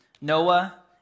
Noah